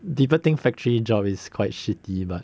people think factory job is quite shitty but